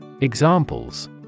Examples